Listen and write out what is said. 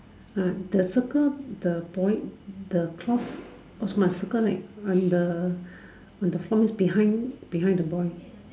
uh the circle the boy the cloth also must circle right on the on the floor means the boy behind